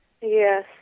yes